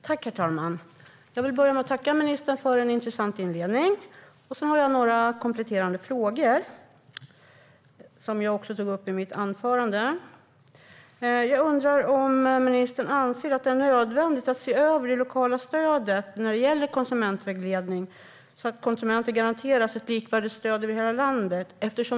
Herr talman! Jag vill först tacka ministern för en intressant inledning, och sedan har jag några kompletterande frågor som jag också tog upp i mitt anförande. Jag undrar om ministern anser att det är nödvändigt att se över det lokala stödet när det gäller konsumentvägledning så att konsumenter garanteras ett likvärdigt stöd över hela landet.